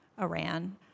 Iran